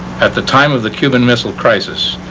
at the time of the cuban missile crisis,